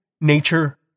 Nature